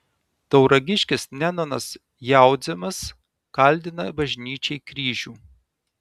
tauragiškis nenonas jaudzemas kaldina bažnyčiai kryžių